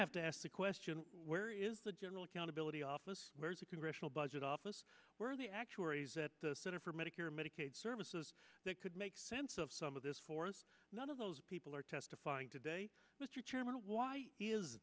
have to ask the question where is the general accountability office where is a congressional budget office where the actuaries at the center for medicare and medicaid services that could make sense of some of this for us none of those people are testifying today mr chairman why is